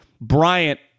Bryant